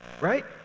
right